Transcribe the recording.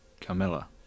Camilla